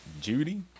Judy